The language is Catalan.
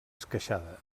esqueixada